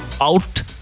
Out